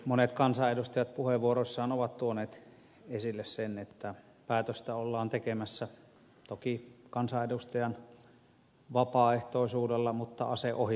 monet kansanedustajat puheenvuoroissaan ovat tuoneet esille sen että päätöstä ollaan tekemässä toki kansanedustajan vapaaehtoisuudella mutta ase ohimolla